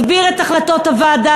הסביר את החלטות הוועדה,